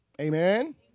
Amen